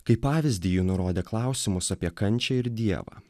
kaip pavyzdį ji nurodė klausimus apie kančią ir dievą